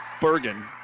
Bergen